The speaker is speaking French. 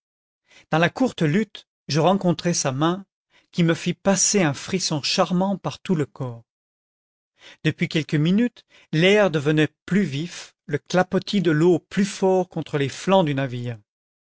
dans la courte lutte je rencontrai sa main qui me fit passer un frisson charmant par tout le corps depuis quelques minutes l'air devenait plus vif le clapotis de l'eau plus fort contre les flancs du navire